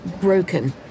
broken